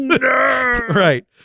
Right